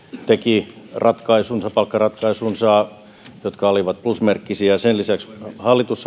teki ratkaisunsa palkkaratkaisunsa jotka olivat plusmerkkisiä sen lisäksi hallitus